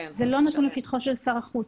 זה לא נתון לפתחו של שר החוץ,